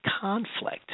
conflict